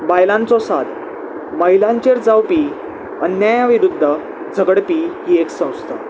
बायलांचो साद बायलांचेर जावपी अन्याय विरुद्ध झगडपी ही एक संस्था